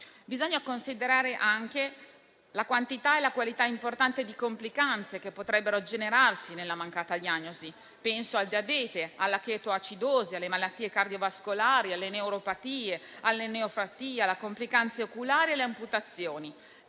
Bisogna considerare anche la quantità e la qualità importante di complicanze che potrebbero generarsi a causa della mancata diagnosi: penso al diabete, alla chetoacidosi, alle malattie cardiovascolari, alle neuropatie, alle neoplasie, alle complicanze oculari, alle amputazioni.